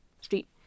Street